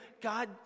God